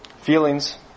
Feelings